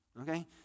okay